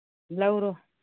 ꯂꯧꯔꯣ